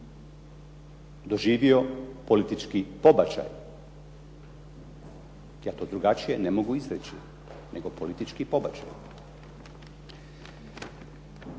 doživio politički pobačaj, ja to drugačije ne mogu izreći nego politički pobačaj.